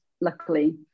luckily